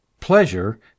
Pleasure